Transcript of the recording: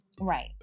Right